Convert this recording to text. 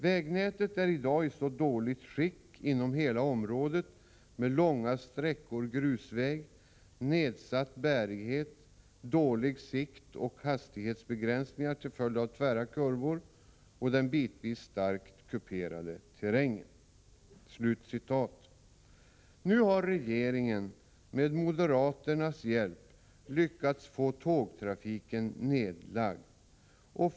Vägnätet är i dag i dåligt skick inom hela området med långa sträckor grusväg, nedsatt bärighet, dålig sikt och hastighetsbegränsningar till följd av tvära kurvor och Nu har regeringen, med moderaternas hjälp, lyckats få tågtrafiken nedlagd.